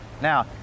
Now